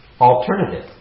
alternative